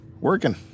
Working